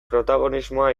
protagonismoa